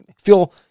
feel